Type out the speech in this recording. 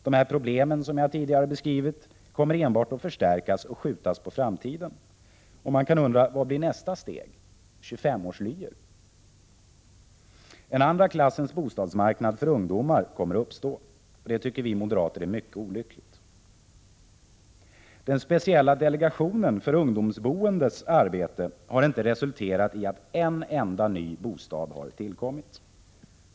De problem som jag tidigare har beskrivit kommer enbart att förstärkas och skjutas på framtiden. Vad blir nästa steg — 25-årslyor? En andra klassens bostadsmarknad för ungdomar kommer att uppstå, vilket vi moderater tycker är mycket olyckligt. Den speciella delegationen för ungdomsboendes arbete har inte resulterat iatt en enda ny bostad har tillkommit.